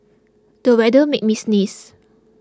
the weather made me sneeze